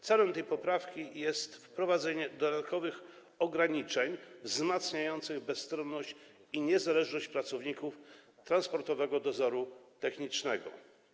Celem tej poprawki jest wprowadzenie dodatkowych ograniczeń wzmacniających bezstronność i niezależność pracowników Transportowego Dozoru Technicznego.